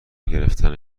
گرفتن